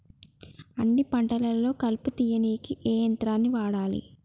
అన్ని పంటలలో కలుపు తీయనీకి ఏ యంత్రాన్ని వాడాలే?